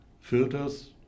filters